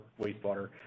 wastewater